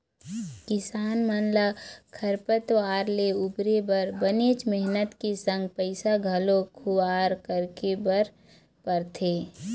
किसान मन ल खरपतवार ले उबरे बर बनेच मेहनत के संग पइसा घलोक खुवार करे बर परथे